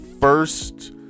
first